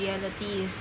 reality is